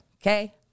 okay